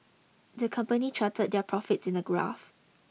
the company charted their profits in a graph